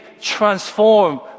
transform